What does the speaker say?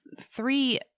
three